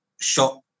shot